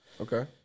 Okay